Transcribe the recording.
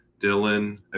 Dylan